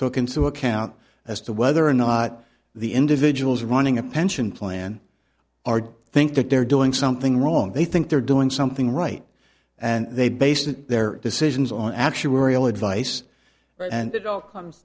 consider account as to whether or not the individuals running a pension plan are think that they're doing something wrong they think they're doing something right and they based their decisions on actuarial advice and it all comes